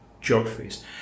geographies